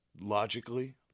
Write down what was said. logically